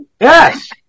Yes